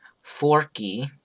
Forky